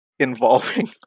involving